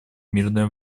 мирное